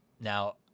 Now